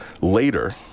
later